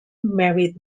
married